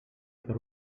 per